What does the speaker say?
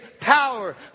power